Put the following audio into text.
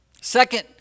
Second